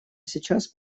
сейчас